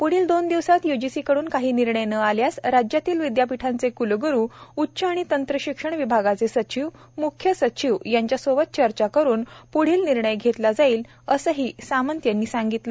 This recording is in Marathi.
प्ढील दोन दिवसांत युजीसीकडून काही निर्णय न आल्यास राज्यातील विदयापीठांचे क्लग्रू उच्च व तंत्र शिक्षण विभागाचे सचिव म्ख्य सचिव यांच्या सोबत चर्चा करून प्ढील निर्णय घेतला जाईल असेही सामंत म्हणाले